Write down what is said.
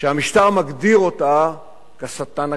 שהמשטר מגדיר אותה ה"שטן הקטן".